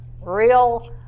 real